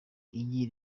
igi